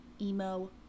emo